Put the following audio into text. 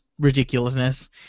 ridiculousness